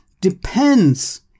depends